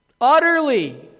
Utterly